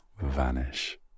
Vanish